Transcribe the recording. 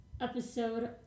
episode